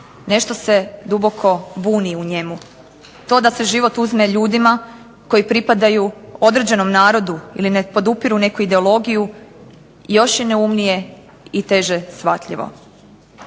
Nešto se duboko buni u njemu. To da se život uzme ljudima koji pripadaju određenom narodu ili ne podupiru neku ideologiju još je neumnije i teže shvatljivo.